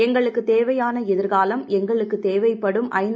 எங்களுக்குத் தேவையான எதிர்காலம் எங்களுக்குத் தேவைப்படும் ஐ நா